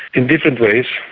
in different ways,